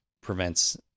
prevents